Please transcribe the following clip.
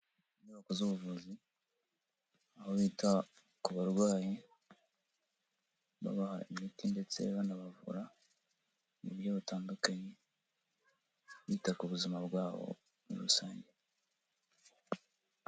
Inyubako z'ubuvuzi, aho bita ku barwayi babaha imiti ndetse banabavura, mu buryo butandukanye, bita ku buzima bwabo muri rusange.